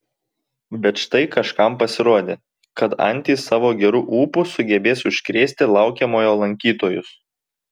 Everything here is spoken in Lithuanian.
bet štai kažkam pasirodė kad antys savo geru ūpu sugebės užkrėsti laukiamojo lankytojus